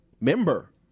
member